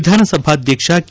ವಿಧಾನಸಭಾದ್ಯಕ್ಷ K